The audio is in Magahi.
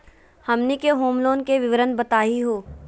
हमनी के होम लोन के विवरण बताही हो?